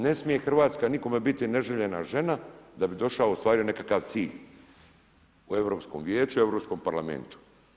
Ne smije Hrvatska nikome biti neželjena žena da bi došao, ostvario nekakav cilj u Europskom vijeću, Europskom parlamentu.